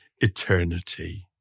eternity